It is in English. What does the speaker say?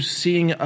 seeing